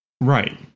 Right